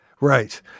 Right